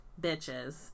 bitches